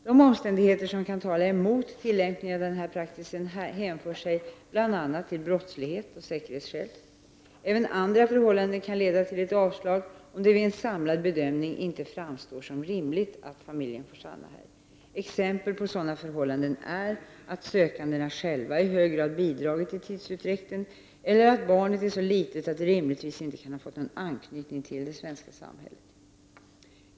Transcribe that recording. De omständigheter som kan tala emot tillämpningen av denna praxis hänför sig till bl.a. brottslighet och säkerhetsskäl. Även andra förhållanden kan leda till ett avslag om det vid en samlad bedömning inte framstår som rimligt att familjen får stanna här. Exempel på sådana förhållanden är att sökandena själva i hög grad bidragit till tidsutdräkten eller att barnet är så litet att det rimligtvis inte kan ha fått någon anknytning till det svenska samhället.